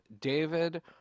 david